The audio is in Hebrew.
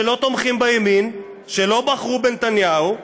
שלא תומכים בימין, שלא בחרו בנתניהו,